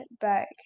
back